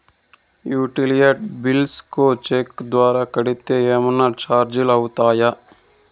Utility bills ను cheque ద్వారా కట్టితే ఏమన్నా చార్జీలు అవుతాయా?